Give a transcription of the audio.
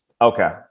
Okay